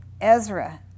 Ezra